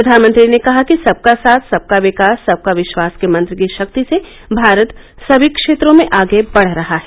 प्रधानमंत्री ने कहा कि सबका साथ सबका विकास सबका विश्वास के मंत्र की शक्ति से भारत समी क्षेत्रों में आगे बढ़ रहा है